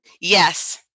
Yes